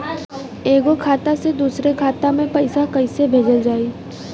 एगो खाता से दूसरा खाता मे पैसा कइसे भेजल जाई?